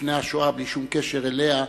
לפני השואה, בלי שום קשר אליה,